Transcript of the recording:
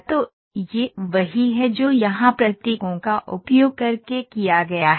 तो यह वही है जो यहां प्रतीकों का उपयोग करके किया गया है